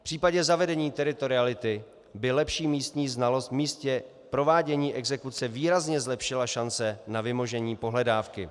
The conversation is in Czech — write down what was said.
V případě zavedení teritoriality by lepší místní znalost v místě provádění exekuce výrazně zlepšila šance na vymožení pohledávky.